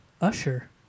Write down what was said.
Usher